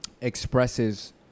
expresses